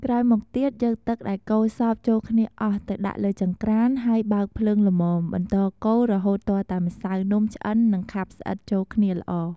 ក្រោយមកទៀតយកទឹកដែលកូរសព្វចូលគ្នាអស់ទៅដាក់លើចង្រ្កាន ហើយបើកភ្លើងល្មមបន្តកូររហូតទាល់តែម្សៅនំឆ្អិននិងខាប់ស្អិតចូលគ្នាល្អ។